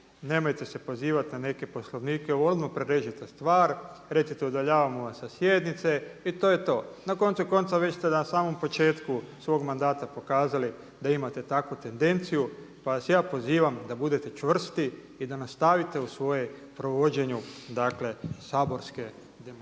nemojte se pozivati na neke poslovnike. Odmah prerežite stvar, recite udaljavamo vas sa sjednice i to je to. Na koncu konca već ste na samom početku svog mandata pokazali da imate takvu tendenciju, pa vas ja pozivam da budete čvrsti i da nastavite u svojem provođenju dakle saborske demokracije.